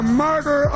murder